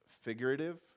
figurative